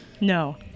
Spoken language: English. No